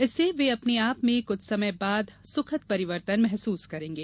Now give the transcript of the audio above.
इससे वे अपने आप में कुछ समय बाद सुखद परिवर्तन महसूस करेंगे